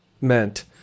meant